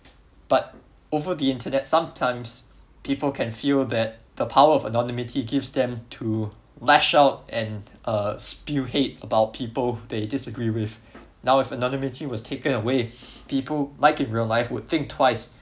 but over the internet sometimes people can feel that the power of anonymity gives them to lash out and uh spill hate about people they disagree with now if anonymity was taken away people like in real life would think twice